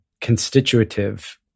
constitutive